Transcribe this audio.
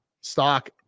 stock